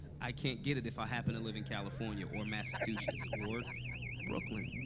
i can't get it if i happen to live in california or massachusetts or brooklyn,